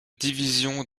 division